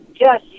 yes